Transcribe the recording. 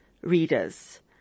readers